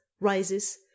rises